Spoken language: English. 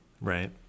Right